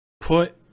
put